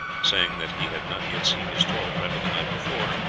saying that he had not yet seen his tall friend of the night before,